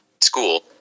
school